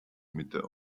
mitte